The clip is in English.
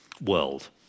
world